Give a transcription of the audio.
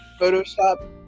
Photoshop